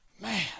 Man